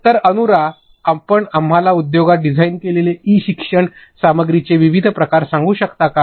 तर अनुरा आपण आम्हाला उद्योगात डिझाइन केलेले ई शिक्षण सामग्रीचे विविध प्रकार सांगू शकता का